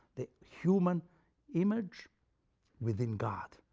the human image within god,